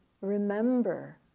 remember